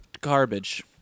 garbage